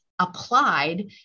applied